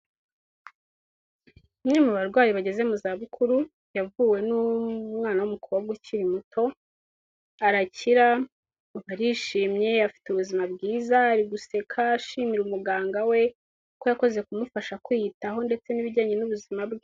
Umwe mu barwayi bageze mu za bukuru yavuwe n'umwana w'umukobwa ukiri muto, arakira, arishimye, afite ubuzima bwiza, ari guseka, ashimira umuganga we ko yakoze kumufasha kwiyitaho ndetse n'ibijyanye n'ubuzima bwe.